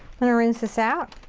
i'm gonna rinse this out.